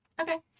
Okay